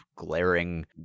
Glaring